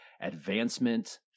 Advancement